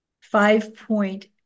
five-point